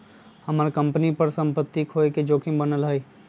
हम्मर कंपनी पर सम्पत्ति खोये के जोखिम बनल हई